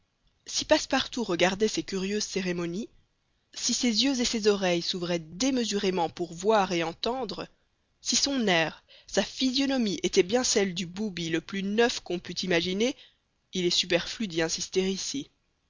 si passepartout regardait ces curieuses cérémonies si ses yeux et ses oreilles s'ouvraient démesurément pour voir et entendre si son air sa physionomie était bien celle du booby le plus neuf qu'on pût imaginer il est superflu d'y insister ici